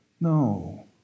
No